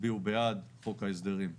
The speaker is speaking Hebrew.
יצביעו בעד חוק ההסדרים בכללותו.